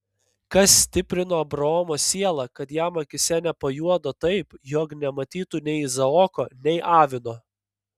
kas stiprino abraomo sielą kad jam akyse nepajuodo taip jog nematytų nei izaoko nei avino